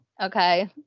okay